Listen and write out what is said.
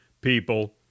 people